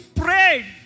prayed